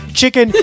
chicken